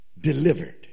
Delivered